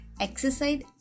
Exercise